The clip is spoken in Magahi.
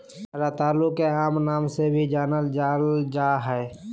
रतालू के आम नाम से भी जानल जाल जा हइ